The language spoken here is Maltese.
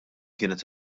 kienet